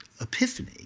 epiphany